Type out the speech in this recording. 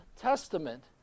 Testament